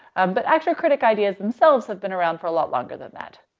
um, but actor-critic ideas themselves have been around for a lot longer than that.